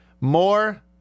More